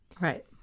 right